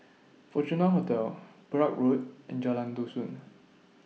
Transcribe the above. Fortuna Hotel Perak Road and Jalan Dusun